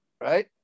right